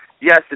Yes